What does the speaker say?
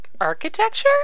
architecture